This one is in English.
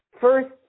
first